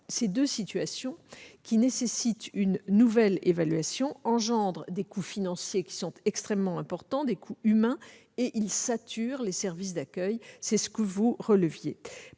Ces deux situations, qui nécessitent une nouvelle évaluation, entraînent des coûts financiers extrêmement importants- des coûts humains, aussi -et saturent les services d'accueil, comme vous l'avez